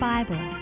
Bible